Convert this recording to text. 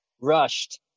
rushed